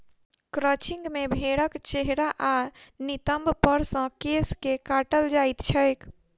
crutching मे भेंड़क चेहरा आ नितंब पर सॅ केश के काटल जाइत छैक